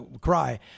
cry